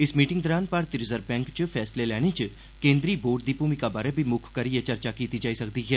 इस मीटिंग दौरान भारती रिजर्व बैंक च फैसले लैने च केन्द्री बोर्ड दी भूमिका बारै बी म्क्ख करियै चर्चा कीती जाई सकदी ऐ